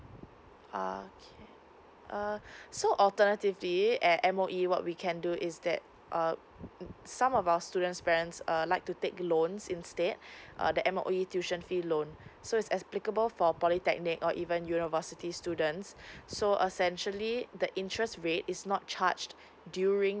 uh okay uh so alternatively at M_O_E what we can do is that uh mm some of our students' friends err like to take loans instead uh the M_O_E tuition fee loan so it's applicable for polytechnic or even university students so essentially the interest rate is not charged during